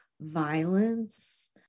violence